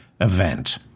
event